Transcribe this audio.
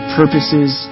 purposes